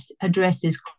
addresses